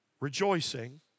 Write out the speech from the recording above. Rejoicing